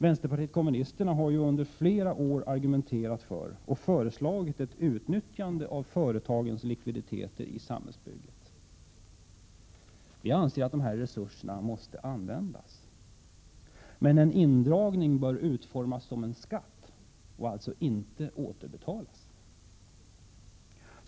Vänsterpartiet kommunisterna har ju under flera år argumenterat för och föreslagit ett utnyttjande av företagens likviditeter i samhällsbygget. Vi anser att dessa resurser måste användas, men en indragning bör utformas som en skatt och alltså inte återbetalas.